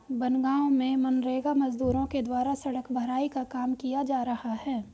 बनगाँव में मनरेगा मजदूरों के द्वारा सड़क भराई का काम किया जा रहा है